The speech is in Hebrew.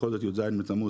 בכל זאת י"ז בתמוז,